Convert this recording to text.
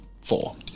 four